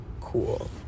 cool